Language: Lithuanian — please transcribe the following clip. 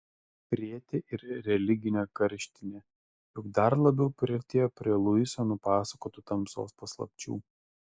krėtė ir religinė karštinė juk dar labiau priartėjo prie luiso nupasakotų tamsos paslapčių